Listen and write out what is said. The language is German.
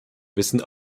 wissen